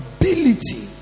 ability